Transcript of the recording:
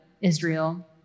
Israel